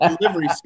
delivery